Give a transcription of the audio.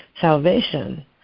Salvation